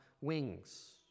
wings